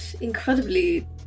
incredibly